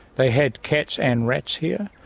they had cats and rats here,